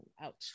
out